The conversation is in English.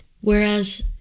Whereas